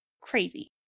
Crazy